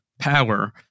Power